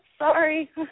Sorry